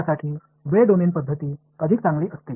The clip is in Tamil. எனவே டைம் டொமைன் முறைகள் அதற்கு சிறந்ததாக இருக்கும்